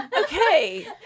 Okay